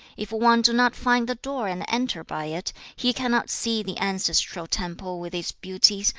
if one do not find the door and enter by it, he cannot see the ancestral temple with its beauties,